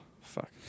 fuck